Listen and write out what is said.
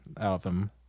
album